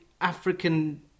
African